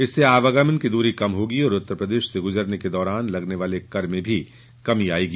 इससे आवागमन की दूरी कम होगी और उत्तर प्रदेश से गुजरने के दौरान लगने वाले कर में भी कमी आएगी